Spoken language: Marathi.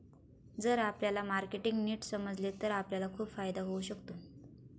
जर आपल्याला मार्केटिंग नीट समजले तर आपल्याला खूप फायदा होऊ शकतो